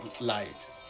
light